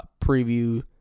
preview